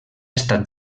estat